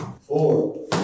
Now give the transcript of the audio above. four